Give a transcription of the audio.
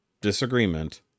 disagreement